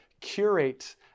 curate